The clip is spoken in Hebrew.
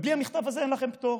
ובלי המכתב הזה אין לכם פטור.